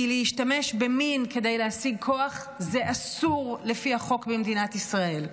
כי להשתמש במין כדי להשיג כוח זה אסור לפי החוק במדינת ישראל.